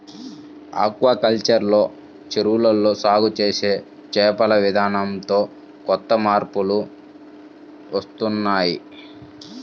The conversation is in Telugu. ఆక్వాకల్చర్ లో చెరువుల్లో సాగు చేసే చేపల విధానంతో కొత్త మార్పులు వస్తున్నాయ్